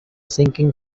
sinking